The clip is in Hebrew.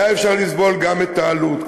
היה אפשר לסבול גם את העלות.